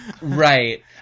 Right